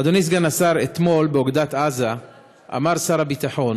אדוני סגן השר, באוגדת עזה אמר אתמול שר הביטחון